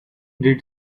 did